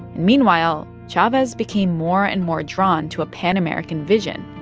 and meanwhile, chavez became more and more drawn to a pan-american vision.